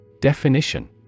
Definition